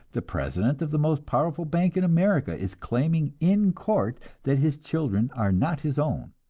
the president of the most powerful bank in america is claiming in court that his children are not his own,